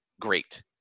great